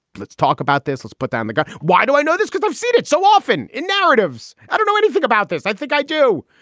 let's talk about this. let's put down the gun. why do i know this? because i've seen it so often in narratives. i don't know anything about this. i think i do.